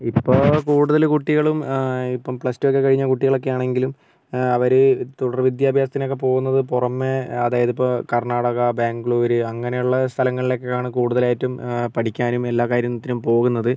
ഇപ്പോൾ കൂടുതൽ കുട്ടികളും ഇപ്പം പ്ലസ്ടുവൊക്കെ കഴിഞ്ഞ കുട്ടികളൊക്കെ ആണെങ്കിലും അവർ തുടർ വിദ്യാഭയസത്തിനൊക്കെ പോകുന്നത് പുറമേ അതായതിപ്പോൾ കർണാടക ബാംഗ്ലൂർ അങ്ങനെയുള്ള സ്ഥലങ്ങളിലേക്കാണ് കൂടുതലായിട്ടും പഠിക്കാനും എല്ലാ കാര്യത്തിനും പോകുന്നത്